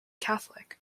catholic